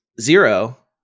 Zero